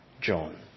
John